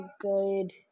good